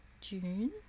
June